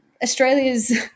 Australia's